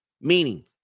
Meaning